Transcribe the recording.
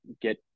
get